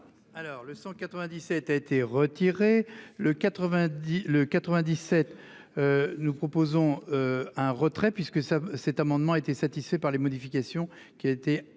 Alors le 197 a été retiré le 90 le 97. Nous proposons. Un retrait puisque ça cet amendement était satisfait par les modifications qui a été ont